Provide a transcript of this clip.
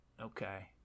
okay